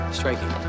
striking